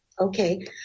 Okay